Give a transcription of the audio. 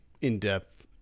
in-depth